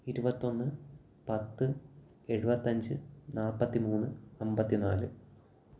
ഇരുപത്തിയൊന്ന് പത്ത് എഴുപത്തിയഞ്ച് നാല്പത്തിമൂന്ന് അമ്പത്തിനാല്